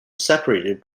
separated